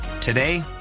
Today